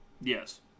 Yes